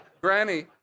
Granny